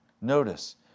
Notice